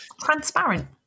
Transparent